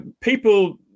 people